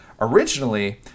originally